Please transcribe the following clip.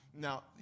Now